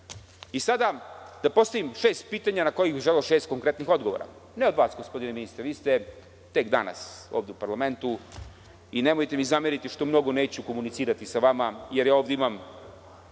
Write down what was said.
da postavim šest pitanja na kojih bih želeo šest konkretnih odgovora, ne od vas gospodine ministre, vi ste tek danas ovde u parlamentu i nemojte mi zameriti što mnogo neću komunicirati sa vama, jer ja ovde imam